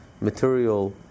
material